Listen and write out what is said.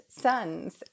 sons